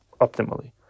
optimally